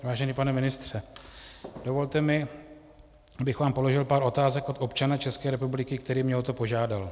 Vážený pane ministře, dovolte mi, abych vám položil pár otázek od občana České republiky, který mě o to požádal.